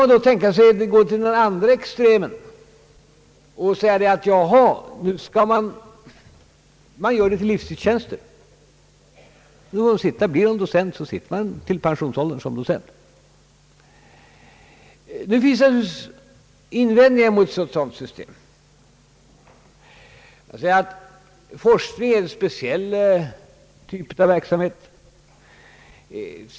Man kan tänka sig att gå till den andra ytterligheten och göra docenttjänsterna till livstidstjänster, dvs. blir man docent så sitter man till pensionsåldern som docent. Det finns naturligtvis invändningar mot ett sådant system. Forskning är en speciell typ av verksamhet.